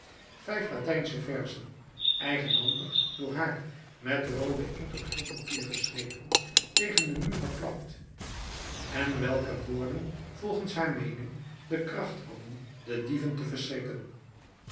vijf latijnsche verzen eigenhandig door haar met rooden inkt op geel papier geschreven tegen den muur geplakt en welke woorden volgens haar meening de kracht hadden de dieven te verschrikken